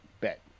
bet